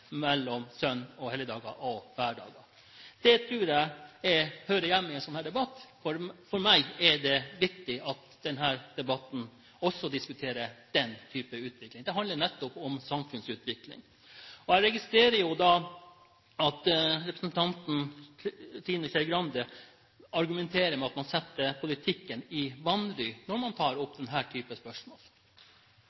mellom søn- og helligdager og hverdager? Det tror jeg hører hjemme i en sånn debatt. For meg er det viktig at denne debatten også diskuterer denne typen utvikling. Det handler nettopp om samfunnsutvikling. Jeg registrerer at representanten Trine Skei Grande argumenterer med at man setter politikken «i vanry» når man tar